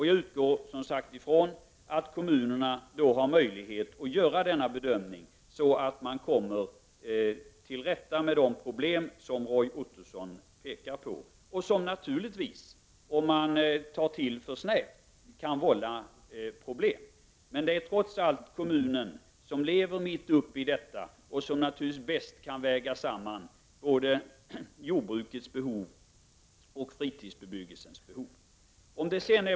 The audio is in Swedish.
Jag utgår som sagt ifrån att kommunerna har möjlighet att göra denna bedömning, så att de kommer till rätta med den gränsdragning som Roy Ottos son berört och som naturligtvis, om man tar till för snävt, kan vålla problem. Trots allt är det kommunen som lever närmast problemen som bäst kan väga samman jordbrukets och fritidsbebyggelsens behov.